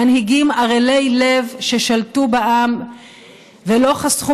מנהיגים ערלי לב ששלטו בעם ולא חסכו